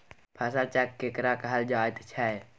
फसल चक्र केकरा कहल जायत छै?